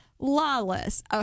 Lawless